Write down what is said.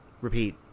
repeat